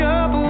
up